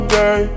day